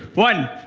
one,